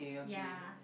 ya